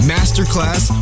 Masterclass